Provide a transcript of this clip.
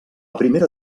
primera